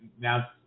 now